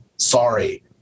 Sorry